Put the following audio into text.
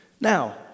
Now